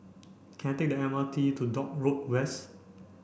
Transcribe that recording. can I take the M R T to Dock Road West